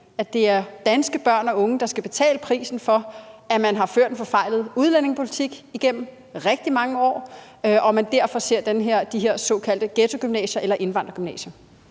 at det er danske børn og unge, der skal betale prisen for, at man har ført en forfejlet udlændingepolitik igennem rigtig mange år, og at vi derfor ser de her såkaldte ghettogymnasier eller indvandrergymnasier?